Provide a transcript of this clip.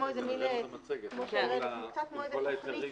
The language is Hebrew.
הראינו במצגת עם כל ההיתרים.